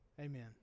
Amen